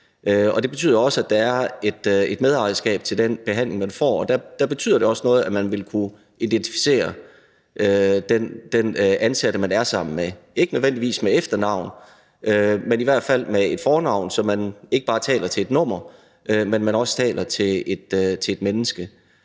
Det betyder også, at der er et medejerskab til den behandling, man får, og der betyder det også noget, at man vil kunne identificere den ansatte, man er sammen med; ikke nødvendigvis med et efternavn, men i hvert fald med et fornavn, så man ikke bare taler til et nummer, men også taler til et menneske.